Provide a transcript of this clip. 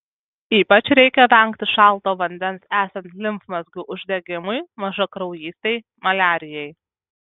ypač reikia vengti šalto vandens esant limfmazgių uždegimui mažakraujystei maliarijai